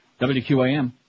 WQAM